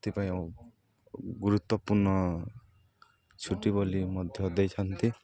ସେଥିପାଇଁ ଗୁରୁତ୍ୱପୂର୍ଣ୍ଣ ଛୁଟି ବୋଲି ମଧ୍ୟ ଦେଇଛନ୍ତି